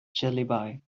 jellyby